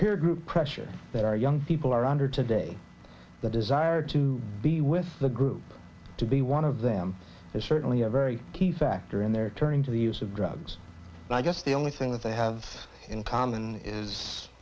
peer group pressure that our young people are under today the desire to be with the group to be one of them is certainly a very key factor in their turning to the use of drugs and i guess the only thing that they have in common is